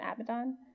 Abaddon